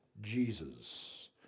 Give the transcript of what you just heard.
Jesus